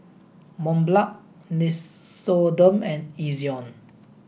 Mont Blanc Nixoderm and Ezion